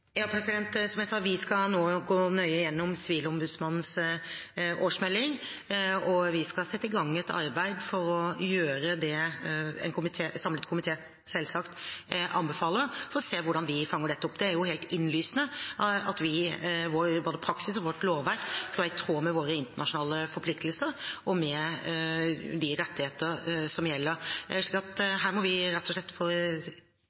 Som jeg sa: Vi skal nå gå nøye gjennom Sivilombudsmannens årsmelding, og vi skal selvsagt sette i gang et arbeid for å gjøre det en samlet komité anbefaler, for å se på hvordan vi fanger dette opp. Det er helt innlysende at både vår praksis og vårt lovverk skal være i tråd med våre internasjonale forpliktelser og med de rettigheter som gjelder, så her må vi rett og slett rent praktisk få satt i gang en gjennomgang for